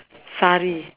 sari